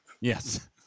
yes